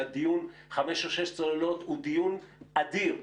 שהדיון חמש או שש צוללות הוא דיון אדיר,